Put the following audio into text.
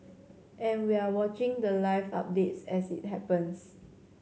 and we're watching the live updates as it happens